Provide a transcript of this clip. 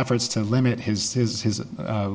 efforts to limit his his his